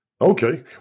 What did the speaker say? okay